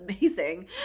amazing